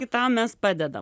kitam mes padedam